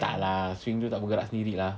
tak lah swing tu tak bergerak sendiri lah